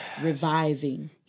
reviving